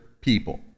people